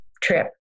trip